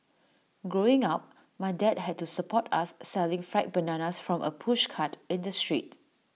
growing up my dad had to support us selling fried bananas from A pushcart in the street